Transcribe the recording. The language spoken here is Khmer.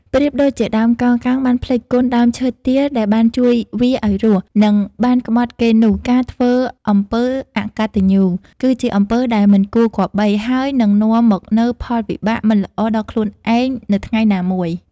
ប្រៀបដូចជាដើមកោងកាងបានភ្លេចគុណដើមឈើទាលដែលបានជួយវាឲ្យរស់ និងបានក្បត់គេនោះ ការធ្វើអំពើអកតញ្ញូ គឺជាអំពើដែលមិនគួរគប្បី ហើយនឹងនាំមកនូវផលវិបាកមិនល្អដល់ខ្លួនឯងនៅថ្ងៃណាមួយ។